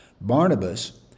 Barnabas